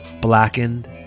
blackened